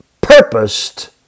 purposed